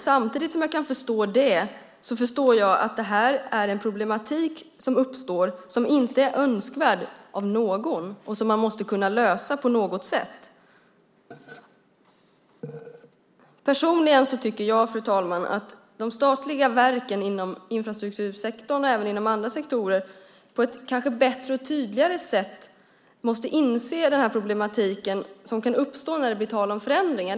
Samtidigt som jag kan förstå det förstår jag att det här är en problematik som uppstår som inte är önskvärd av någon och som man måste kunna lösa på något sätt. Personligen tycker jag, fru talman, att de statliga verken inom infrastruktursektorn och även inom andra sektorer på ett bättre och tydligare sätt kanske måste inse den problematik som kan uppstå när det blir tal om förändringar.